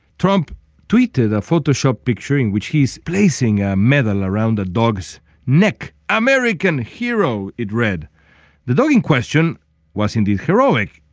trump tweeted a photo shop picturing which he's placing a medal around a dog's neck. american hero. it read the dog in question was indeed heroic.